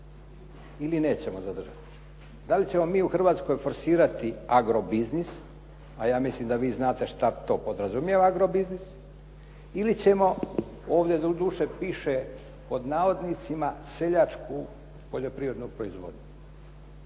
ili nećemo zadržati. Da li ćemo mi u Hrvatskoj forsirati agro biznis, a ja mislim da vi znate šta to podrazumijeva agro biznis, ili ćemo ovdje doduše piše pod navodnicima seljačku poljoprivrednu proizvodnju.